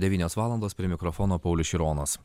devynios valandos prie mikrofono paulius šironas